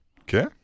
Okay